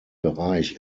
bereich